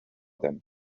them